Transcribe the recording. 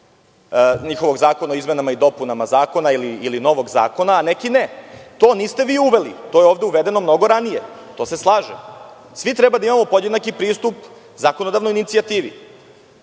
njegovog zakona o izmenama i dopunama zakona ili novog zakona, a nekom ne. To niste vi uveli. To je ovde uvedeno mnogo ranije. To se slažem. Svi treba da imamo podjednaki pristup zakonodavnoj inicijativi.I